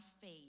faith